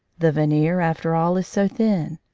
the veneer, after all, is so thin.